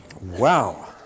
Wow